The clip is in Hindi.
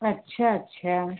अच्छा अच्छा